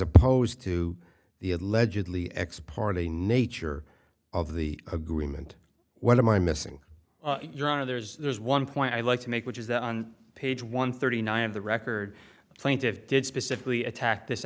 opposed to the allegedly ex parte nature of the agreement what am i missing your honor there's there's one point i'd like to make which is that on page one thirty nine of the record plaintiffs did specifically attack this